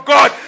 God